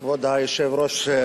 כבוד היושב-ראש,